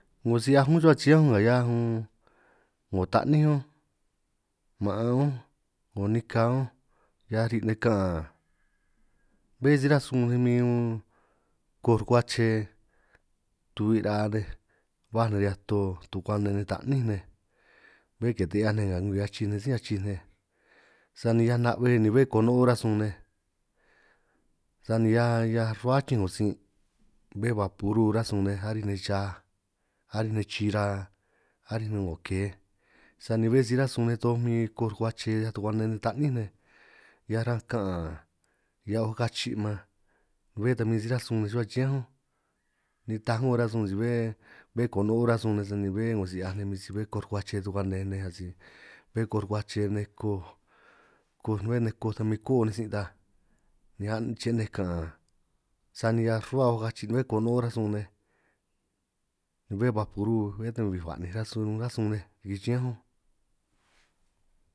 'Ngo si 'hiaj únj rruhua chiñánj nej únj nga 'hiaj 'ngo taní únj maan únj ´ngo nika únj hiaj ri' nej kaan, bé si ránj sun nej bin un koj rurkuache tui' raa nej baj nej riñan to tukuane nej ta'ní nej, bé ke ta 'hiaj nej nga ngwii achij nej sí achij nej sani hiaj na'bbe ni bé kono'ó ránj sun nej, sani hiaj hiaj rruhua achinj 'ngo sin' bé baparú arán sun nej aríj nej chiaj, aríj nej chira aríj nej 'ngo keej sani bé si ránj sun nej toj min koj rurkuache, hiaj tukuane nej taníj nej hiaj ranj kaan ni oj kachi man bé tan min si ránj sun nej, ruhua chiñánj únj nitaj a'ngo rasun si bé bé konoó ránj sun nej sani bé 'ngo si 'hiaj nej bin si bé koj rurkuache tukuane nej, asi bé koj rurkuache nej koj koj bé nej koj ta koo nej sij, taaj ni a' chinej kaan sani a' rruhua ba kachi nej ni bé konoó koo ránj sun nej, bé bapuru bé ta min bij ba'ninj nej rasun ránj sun kwi chiñánj únj.